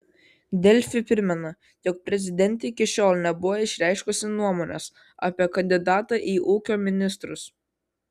delfi primena jog prezidentė iki šiol nebuvo išreiškusi nuomonės apie kandidatą į ūkio ministrus